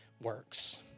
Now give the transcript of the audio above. works